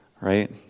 right